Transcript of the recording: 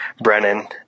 Brennan